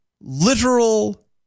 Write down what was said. literal